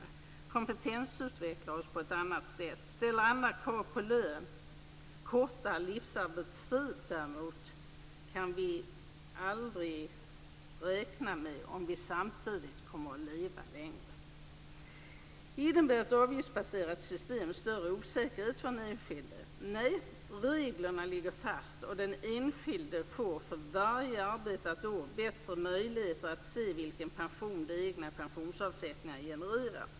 Vi kompetensutvecklar oss på ett annat sätt och ställer andra krav på lön. Kortare livsarbetstid däremot kan vi aldrig räkna med om vi samtidigt kommer att leva längre. Innebär ett avgiftsbaserat system större osäkerhet för den enskilde? Nej, reglerna ligger fast, och den enskilde får för varje arbetat år bättre möjligheter att se vilken pension de egna pensionsavsättningarna genererar.